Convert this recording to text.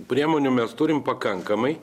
priemonių mes turim pakankamai